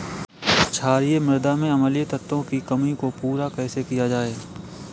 क्षारीए मृदा में अम्लीय तत्वों की कमी को पूरा कैसे किया जाए?